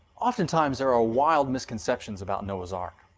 often times there are ah wild misconceptions about noah's ark.